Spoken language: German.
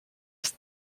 ist